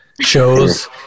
shows